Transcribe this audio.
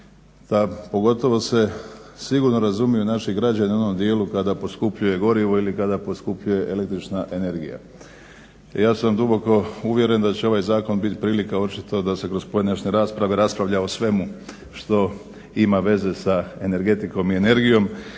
da pogotovo se sigurno razumiju naši građani u onom dijelu kada poskupljuje gorivo ili kada poskupljuje električna energija i ja sam duboko uvjeren da će ovaj zakon biti prilika očito da se kroz pojedinačne rasprave raspravlja o svemu što ima veze s energetikom i energijom.